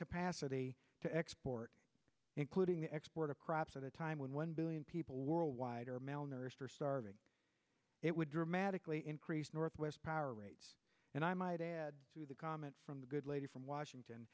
capacity to export including export of crops at a time when one billion people worldwide are malnourished or starving it would dramatically increase north west power rates and i might add to the comment from the good lady from washington